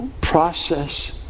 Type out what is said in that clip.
process